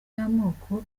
y’amoko